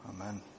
Amen